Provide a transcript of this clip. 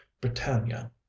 britannia